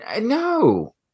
No